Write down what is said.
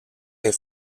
est